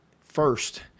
first